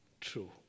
true